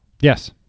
Yes